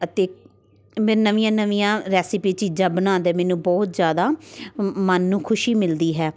ਅਤੇ ਮੈਂ ਨਵੀਆਂ ਨਵੀਆਂ ਰੈਸਪੀ ਚੀਜ਼ਾਂ ਬਣਾਉਣ ਦਾ ਮੈਨੂੰ ਬਹੁਤ ਜ਼ਿਆਦਾ ਮਨ ਨੂੰ ਖੁਸ਼ੀ ਮਿਲਦੀ ਹੈ